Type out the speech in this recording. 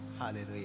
hallelujah